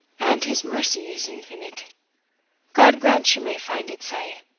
and his mercy is infinite god grant she may find it sae!